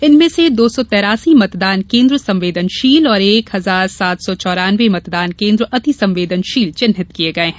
इनमें से दो सौ तेरासी मतदान केन्द्र संवेदनशील और एक हजार सात सौ चौरान्वे मतदान केन्द्र अति संवेदनशील चिन्हित किये गये हैं